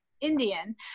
Indian